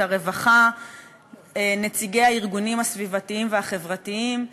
והרווחה ונציגי הארגונים הסביבתיים והחברתיים.